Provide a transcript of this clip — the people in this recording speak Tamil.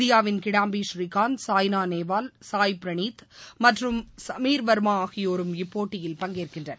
இந்தியாவின் கிடாம்பி பழரீகாந்த் சாய்னா நேவால் சாய் பிரனீத் மற்றும் சுமீர் வர்மா ஆகியோரும் இப்போட்டியில் பங்கேற்கின்றனர்